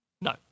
No